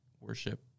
worship